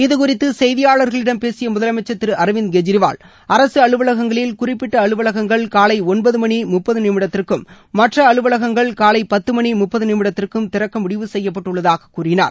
இதுகுறித்து செய்தியாளர்களிடம் பேசிய முதலமைச்சர் திரு அரவிந்த் கெஜ்ரிவால் அரசு அலுவலகங்களில் குறிப்பிட்ட அலுவலகங்கள் காலை ஒன்பது மணி முப்பது நிமிடத்திற்கும் மற்ற அலுவலகங்கள் காலை பத்து மணி முப்பது நிமிடத்திற்கும் திறக்க முடிவு செய்யப்பட்டுள்ளதாக கூறினார்